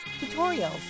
tutorials